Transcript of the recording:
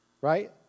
Right